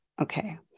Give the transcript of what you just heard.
Okay